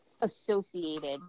associated